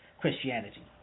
Christianity